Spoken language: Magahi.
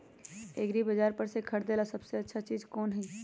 एग्रिबाजार पर से खरीदे ला सबसे अच्छा चीज कोन हई?